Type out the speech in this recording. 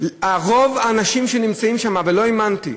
רוב האנשים שנמצאים שם, ולא האמנתי,